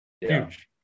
Huge